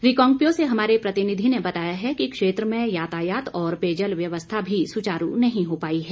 रिकांगपिओ से हमारे प्रतिनिधि ने बताया है कि क्षेत्र में यातायात और पेयजल व्यवस्था भी सुचारू नहीं हो पाई है